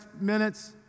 minutes